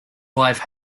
wife